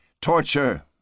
torture